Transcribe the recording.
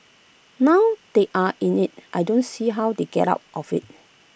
now they are in IT I don't see how they get out of IT